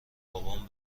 بابام